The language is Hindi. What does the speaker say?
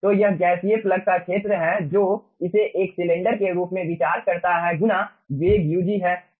तो यह गैसीय प्लग का क्षेत्र है जो इसे एक सिलेंडर के रूप में विचार करता है गुना वेग ug है